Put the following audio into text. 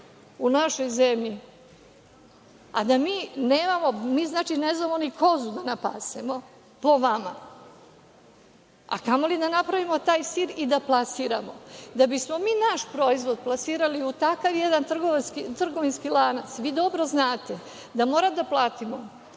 u našoj zemlji, a da mi ne znamo ni kozu da napasemo, po vama, a kamoli da napravimo taj sir i da plasiramo. Da bismo mi naš proizvod plasirali u takav jedan trgovinski lanac, vi dobro znate da moramo da platimo